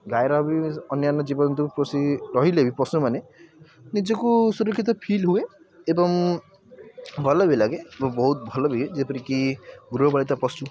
ଗାଈର ବି ଅନ୍ୟାନ ଜୀବଜନ୍ତୁ ପୋଷି ରହିଲେ ବି ପଶୁମାନେ ନିଜକୁ ସୁରକ୍ଷିତ ଫି ହୁଏ ଏବଂ ଭଲ ବି ଲାଗେ ମୁଁ ବହୁତ ଭଲ ବି ଯେପରି କି ଗୃହପାଳିତ ପଶୁ